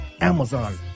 Amazon